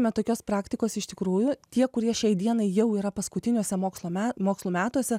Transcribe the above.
na tokios praktikos iš tikrųjų tie kurie šiai dienai jau yra paskutiniuose mokslo me mokslo metuose